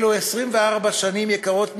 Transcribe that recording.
אלו 24 שנים יקרות מפז,